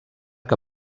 que